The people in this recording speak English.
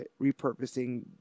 repurposing